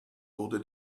wurde